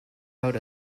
out